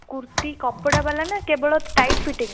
କୁର୍ତ୍ତୀ କପଡା ବାଲା ନା କେବଳ ଟାଇଟ୍ ଫିଟିଙ୍ଗ